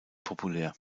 populär